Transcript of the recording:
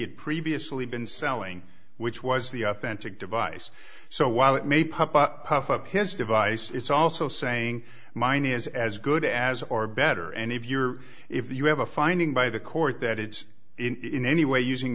had previously been selling which was the authentic device so while it may pop up puff up his device it's also saying mine is as good as or better and if you're if you have a finding by the court that it is in any way using